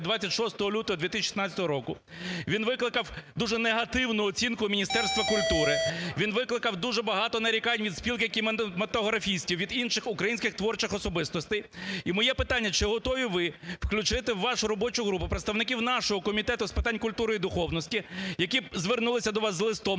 26 лютого 2016 року. Він викликав дуже негативну оцінку Міністерства культури, він викликав дуже багато нарікань від Спілки кінематографістів, від інших українських творчих особистостей. І моє питання, чи готові ви включити у вашу робочу групу представників нашого Комітету з питань культури і духовності, які звернулися б до вас з листом